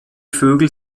vögel